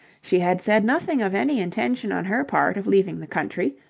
she had said nothing of any intention on her part of leaving the country,